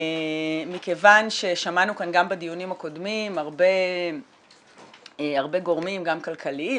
מכוון ששמענו כאן גם בדיונים הקודמים הרבה גורמים גם כלכליים,